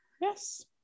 Yes